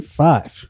five